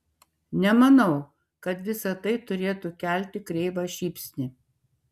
nemanau kad visa tai turėtų kelti kreivą šypsnį